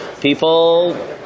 people